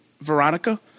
Veronica